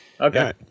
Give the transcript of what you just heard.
okay